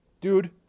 dude